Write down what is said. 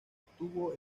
obtuvo